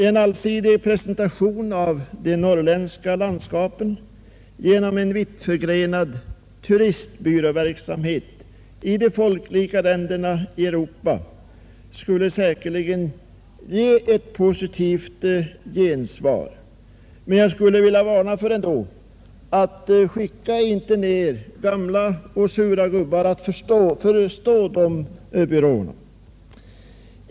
En allsidig presentation av de norrländska landskapen inom en vittförgrenad turistbyråverksamhet i de folkrika länderna i Europa skulle säkerligen ge ett positivt gensvar. Men jag skulle ändå vilja varna för att man inte skickar ner några gamla och sura gubbar att förestå dessa byråer.